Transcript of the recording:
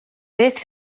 beth